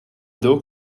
dog